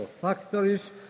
factories